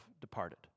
departed